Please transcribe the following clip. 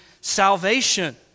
salvation